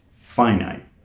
finite